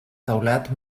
teulat